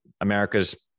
America's